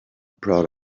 proud